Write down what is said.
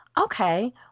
okay